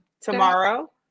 tomorrow